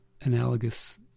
analogous